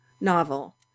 novel